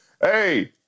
hey –